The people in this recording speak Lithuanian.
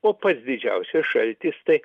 o pats didžiausias šaltis tai